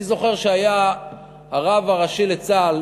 אני זוכר שהיה הרב הראשי לצה"ל,